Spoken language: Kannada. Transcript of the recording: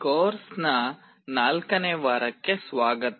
ಕೋರ್ಸ್ನ 4 ನೇ ವಾರಕ್ಕೆ ಸ್ವಾಗತ